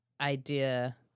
idea